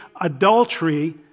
adultery